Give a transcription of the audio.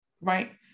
right